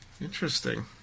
Interesting